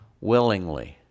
willingly